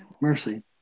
Mercy